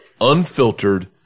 unfiltered